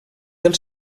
del